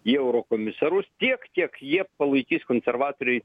į eurokomisarus tiek kiek jie palaikys konservatoriai